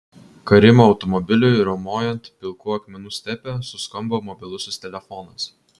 karimo automobiliui riaumojant pilkų akmenų stepe suskambo mobilusis telefonas